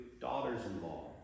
daughters-in-law